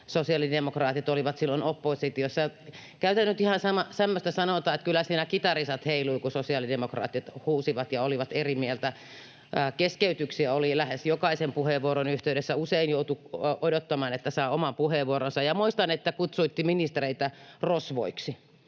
sosiaalidemokraatit olivat silloin oppositiossa. Käytän nyt ihan semmoista sanontaa, että kyllä siellä kitarisat heiluivat, kun sosiaalidemokraatit huusivat ja olivat eri mieltä. Keskeytyksiä oli lähes jokaisen puheenvuoron yhteydessä, usein joutui odottamaan, että saa oman puheenvuoronsa, ja muistan, että kutsuitte ministereitä rosvoiksi,